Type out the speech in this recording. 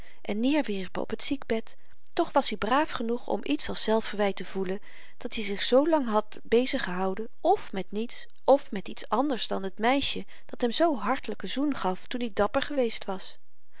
en neerwierpen op t ziekbed toch was-i braaf genoeg om iets als zelfverwyt te voelen dat-i zich zoo lang had bezig gehouden f met niets f met iets anders dan t meisje dat hem zoo'n hartelyken zoen gaf toen i dapper geweest was